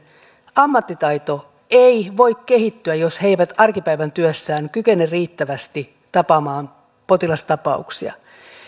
ammattitaito ei voi kehittyä jos he eivät arkipäivän työssään kykene riittävästi tapaamaan potilastapauksia